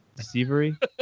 deceivery